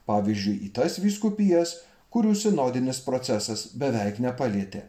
pavyzdžiui į tas vyskupijas kurių sinodinis procesas beveik nepalietė